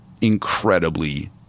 incredibly